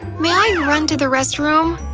may i run to the restroom?